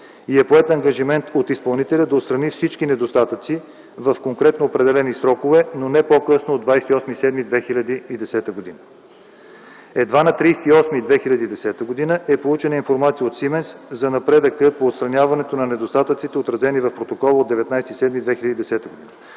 и е поет ангажимент от изпълнителя да отстрани всички недостатъци в конкретно определени срокове, но не по-късно от 28.07.2010 г. Едва на 30.08.2010 г. е получена информация от „Сименс” за напредъка по отстраняването на недостатъците отразени в протокола от 19.07.2010 г.